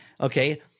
okay